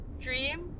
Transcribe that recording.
dream